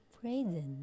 present